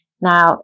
Now